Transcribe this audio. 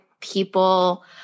people